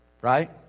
Right